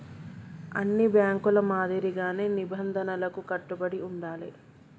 అన్ని బ్యేంకుల మాదిరిగానే నిబంధనలకు కట్టుబడి ఉండాలే